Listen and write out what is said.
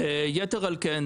יתר על כן,